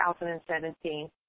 2017